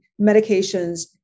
medications